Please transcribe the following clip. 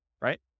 right